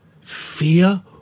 Fear